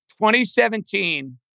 2017